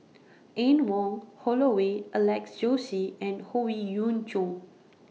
Anne Wong Holloway Alex Josey and Howe Yoon Chong